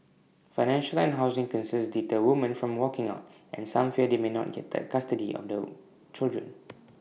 financial and housing concerns deter woman from walking out and some fear they may not get custody on the children